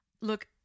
Look